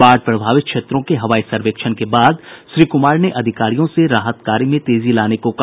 बाढ़ प्रभावित क्षेत्रों के हवाई सर्वेक्षण के बाद श्री कुमार ने अधिकारियों से राहत कार्य में तेजी लाने को कहा